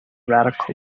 radical